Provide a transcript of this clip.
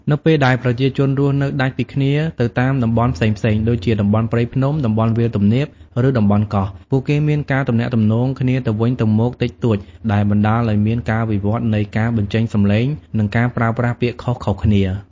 នៅពេលដែលប្រជាជនរស់នៅដាច់ពីគ្នាទៅតាមតំបន់ផ្សេងៗ ដូចជាតំបន់ព្រៃភ្នំ តំបន់វាលទំនាប ឬតំបន់កោះ ពួកគេមានការទំនាក់ទំនងគ្នាទៅវិញទៅមកតិចតួច ដែលបណ្តាលឲ្យមានការវិវត្តន៍នៃការបញ្ចេញសំឡេង និងការប្រើប្រាស់ពាក្យខុសៗគ្នា។